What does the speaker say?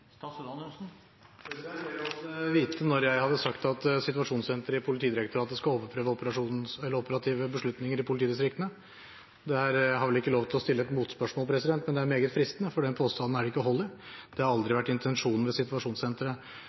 Jeg gad vite når jeg har sagt at situasjonssenteret i Politidirektoratet skal overprøve operative beslutninger i politidistriktene. Jeg har vel ikke lov til å stille et motspørsmål, men det er meget fristende, for den påstanden er det ikke hold i. Det har aldri vært hensikten med situasjonssenteret.